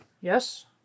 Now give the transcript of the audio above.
yes